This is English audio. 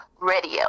Radio